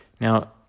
Now